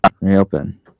Reopen